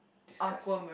disgusting